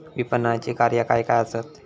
विपणनाची कार्या काय काय आसत?